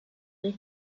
leaf